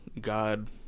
God